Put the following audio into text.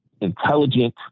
intelligent